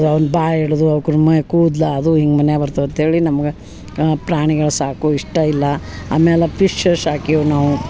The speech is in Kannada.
ಅವ್ನ ಬಾಯಿ ಎಳ್ದು ಅವ್ಕುನ ಮೈ ಕೂದ್ಲ ಅದು ಹಿಂಗೆ ಮನ್ಯಾಗ ಬರ್ತವತ ಹೇಳಿ ನಮ್ಗ ಪ್ರಾಣಿಗಳು ಸಾಕು ಇಷ್ಟ ಇಲ್ಲ ಆಮ್ಯಾಲ ಫಿಶ್ ಸಾಕಿವ್ ನಾವು